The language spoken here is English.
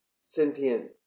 sentient